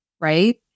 right